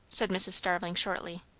said mrs. starling shortly.